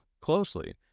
closely